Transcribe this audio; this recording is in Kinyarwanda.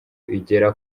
igera